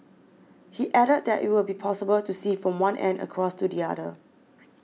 he added that it will be possible to see from one end across to the other